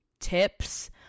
tips